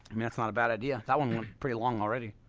i mean, that's not a bad idea, that one went pretty long already